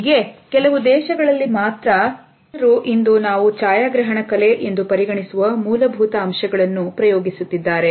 ಹೀಗೆ ಕೆಲವು ದೇಶಗಳಲ್ಲಿ ಮಾತ್ರ ಜನರು ಇಂದು ನಾವು ಛಾಯಾಗ್ರಹಣ ಕಲೆ ಎಂದು ಪರಿಗಣಿಸುವ ಮೂಲಭೂತ ಅಂಶಗಳನ್ನು ಪ್ರಯೋಗಿಸುತ್ತಿದ್ದಾರೆ